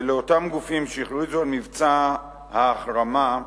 ולאותם גופים שהכריזו על מבצע ההחרמה,